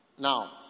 Now